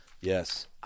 yes